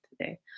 today